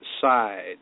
side